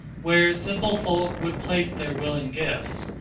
where simple folk would place their willing gifts,